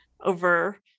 over